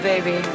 Baby